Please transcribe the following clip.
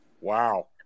Wow